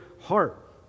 heart